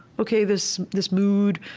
ok, this this mood,